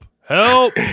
help